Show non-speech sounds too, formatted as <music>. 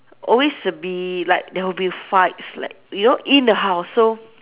always be like there will fights like you know in the house so <noise>